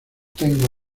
tengo